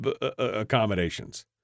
accommodations